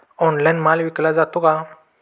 Online माल विकला जातो का?